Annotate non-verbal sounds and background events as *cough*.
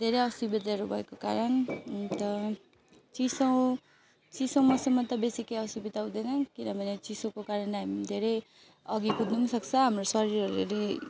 धेरै असुविधाहरू भएको कारण अन्त चिसो चिसो मौसममा त बेसी *unintelligible* बेसी केही असुविधा हुँदैन किनभने चिसोको कारण हामी धेरै अघि कुद्नु पनि सक्छ हाम्रो शरीरहरूले